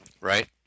Right